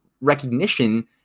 recognition